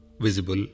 visible